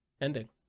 ending